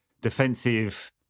defensive